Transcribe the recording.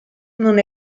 non